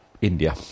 India